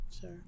sure